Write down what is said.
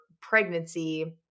pregnancy